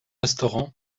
restaurant